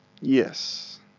Yes